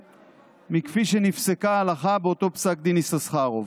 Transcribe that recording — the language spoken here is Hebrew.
מכפי שנפסקה ההלכה באותו פסק דין יששכרוב.